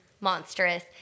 monstrous